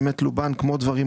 וכו'.